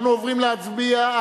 אנחנו עוברים על ההסתייגות